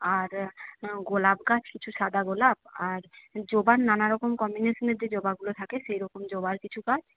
আর গোলাপ গাছ কিছু সাদা গোলাপ আর জবার নানারকম কম্বিনেশনের যে জবাগুলো থাকে সেইরকম জবার কিছু গাছ